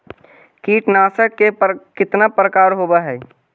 कीटनाशक के कितना प्रकार होव हइ?